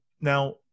now